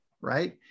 right